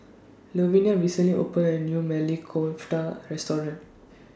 Louvenia recently opened A New Maili Kofta Restaurant